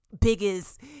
biggest